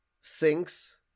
sinks